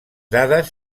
dades